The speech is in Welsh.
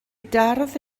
darodd